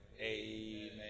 Amen